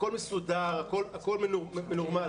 הכול מסודר, הכול מנורמל.